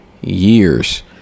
years